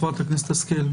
חברת הכנסת השכל,